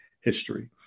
history